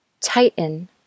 Tighten